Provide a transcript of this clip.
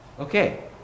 Okay